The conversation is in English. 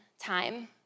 time